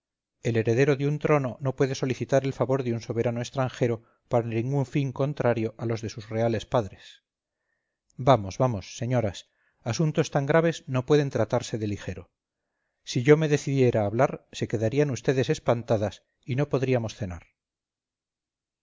el heredero de un trono no puede solicitar el favor de un soberano extranjero para ningún fin contrario a los de sus reales padres vamos vamos señoras asuntos tan graves no pueden tratarse de ligero si yo me decidiera a hablar se quedarían vds espantadas y no podríamos cenar